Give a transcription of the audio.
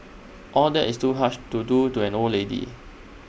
all that is too harsh to do to an old lady